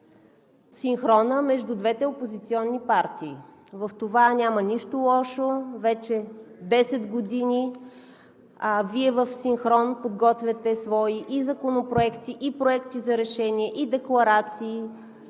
синхрона между двете опозиционни партии – в това няма нищо лошо. Вече десет години Вие в синхрон подготвяте свои законопроекти, и проекти за решения, и декларации,